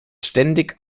ständig